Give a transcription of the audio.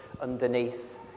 underneath